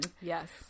Yes